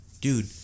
Dude